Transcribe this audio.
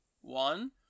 one